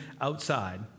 outside